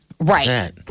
Right